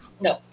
No